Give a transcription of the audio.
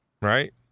Right